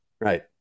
Right